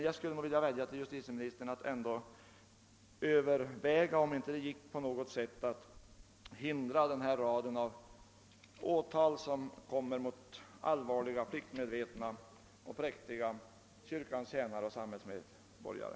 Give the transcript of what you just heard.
Jag vill dock vädja till justitieministern att överväga om det ändå inte på något sätt vore möjligt att förhindra den rad av åtal som kommer att drabba allvarliga, pliktmedvetna och präktiga kyrkans tjänare som samhällsmedborgare.